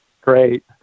Great